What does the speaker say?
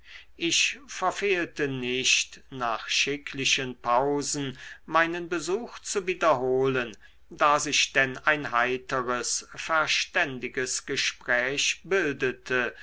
ich verfehlte nicht nach schicklichen pausen meinen besuch zu wiederholen da sich denn ein heiteres verständiges gespräch bildete